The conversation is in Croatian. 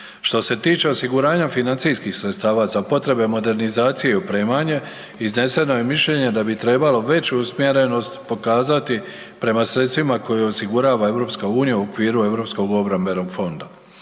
Što se tiče osiguranja financijskih sredstava za potrebe modernizacije i opremanje izneseno je mišljenje da bi trebalo veću usmjerenost pokazati prema sredstvima koja osigurava EU u okviru Europskog obrambenog fonda.